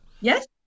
Yes